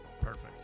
perfect